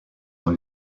dans